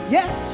Yes